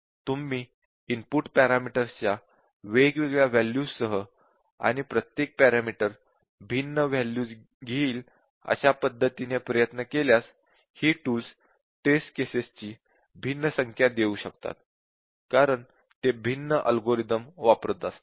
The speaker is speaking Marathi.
तुम्ही इनपुट पॅरामीटर्सच्या वेगवेगळ्या वॅल्यूजसह आणि प्रत्येक पॅरामीटर भिन्न वॅल्यूज घेईल अशा पद्धतीने प्रयत्न केल्यास ही टूल्स टेस्ट केसेस ची भिन्न संख्या देऊ शकतात कारण ते भिन्न अल्गोरिदम वापरत असतील